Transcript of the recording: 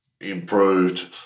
improved